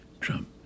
Trump